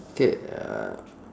okay uh